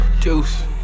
Juice